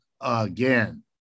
again